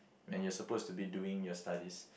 and you're supposed to be doing your studies